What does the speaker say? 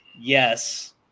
yes